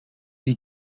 die